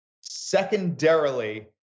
Secondarily